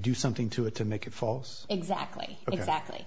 do something to it to make it false exactly exactly